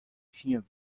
tinha